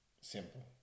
simple